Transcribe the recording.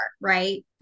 right